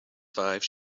five